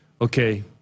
okay